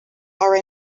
are